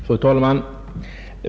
Fru talman!